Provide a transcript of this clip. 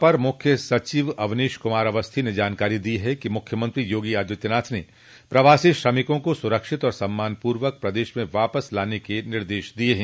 अपर मुख्य सचिव गृह अवनीश कुमार अवस्थी ने जानकारी दी कि मुख्यमंत्री योगी आदित्यनाथ ने प्रवासी श्रमिकों को सुरक्षित और सम्मानपूर्वक प्रदेश में वापस लाने के निर्देश दिये हैं